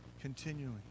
continually